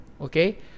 okay